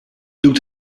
doet